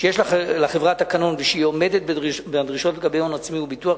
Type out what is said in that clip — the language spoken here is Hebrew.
שיש לחברה תקנון ושהיא עומדת בדרישות לגבי הון עצמי וביטוח,